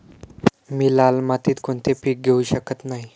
मी लाल मातीत कोणते पीक घेवू शकत नाही?